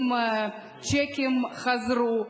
אם צ'קים חזרו,